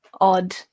odd